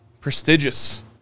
prestigious